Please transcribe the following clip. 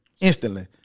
Instantly